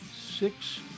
six